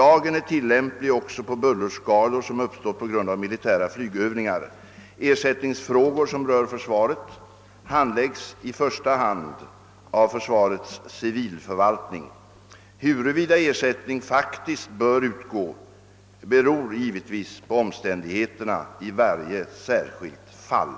Lagen är tillämplig också på bullerskador som uppstått på grund av militära flygövningar. Ersättningsfrågor som rör försvaret handläggs i första hand av försvarets civilförvaltning. Huruvida ersättning faktiskt bör utgå beror givetvis på omständigheterna i varje särskilt fall.